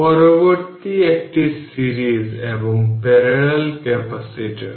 পরবর্তী একটি সিরিজ এবং প্যারালাল ক্যাপাসিটর